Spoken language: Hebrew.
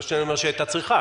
אני לא אומר שהיא הייתה צריכה,